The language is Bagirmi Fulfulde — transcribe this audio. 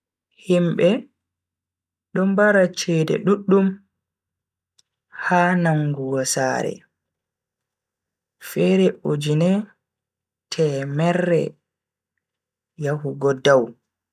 Himbe do mbara cede duddum ha nangugo sare, fere ujune temmere yahugo dow.